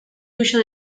huyo